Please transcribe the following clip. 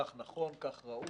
כך נכון, כך ראוי,